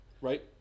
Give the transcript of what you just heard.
Right